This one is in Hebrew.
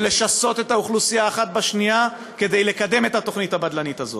לשסות אוכלוסייה אחת בשנייה כדי לקדם את התוכנית הבדלנית הזאת.